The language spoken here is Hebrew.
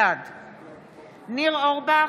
בעד ניר אורבך,